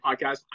podcast